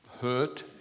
hurt